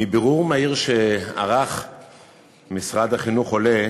מבירור מהיר שערך משרד החינוך עולה